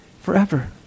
Forever